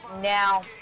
Now